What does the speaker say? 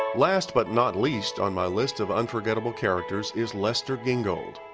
last, but not least, on my list of unforgettable characters, is lester gingold.